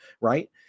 right